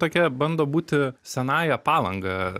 tokia bando būti senąja palanga